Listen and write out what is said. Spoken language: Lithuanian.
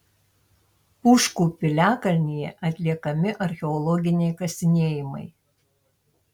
pūškų piliakalnyje atliekami archeologiniai kasinėjimai